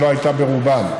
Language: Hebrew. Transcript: שלא הייתה ברובם,